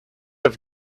have